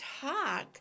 talk